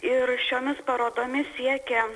ir šiomis parodomis siekia